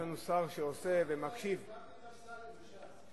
החלפתי את אמסלם בש"ס.